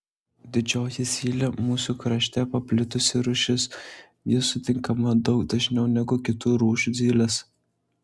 didžioji zylė mūsų krašte paplitusi rūšis ji sutinkama daug dažniau negu kitų rūšių zylės